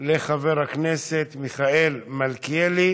של חבר הכנסת מיכאל מלכיאלי.